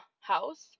house